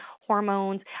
hormones